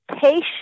patient